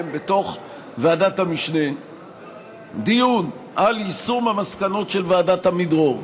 בתוך ועדת המשנה דיון על יישום המסקנות של ועדת עמידרור,